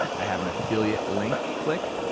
i have an affiliate link click,